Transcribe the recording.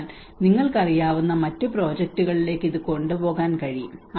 അതിനാൽ നിങ്ങൾക്കറിയാവുന്ന മറ്റ് പ്രോജക്റ്റുകളിലേക്ക് ഇത് കൊണ്ടുപോകാൻ കഴിയും